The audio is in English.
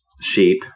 sheep